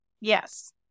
Yes